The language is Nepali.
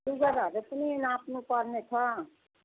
सुगरहरू पनि नाप्नु पर्ने छ